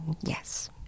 Yes